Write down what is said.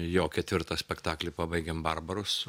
jo ketvirtą spektaklį pabaigėm barbaros